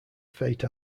fate